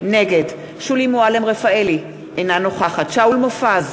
נגד שולי מועלם-רפאלי, אינה נוכחת שאול מופז,